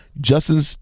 Justin